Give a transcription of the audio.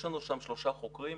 יש לנו שם שלושה חוקרים.